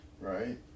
Right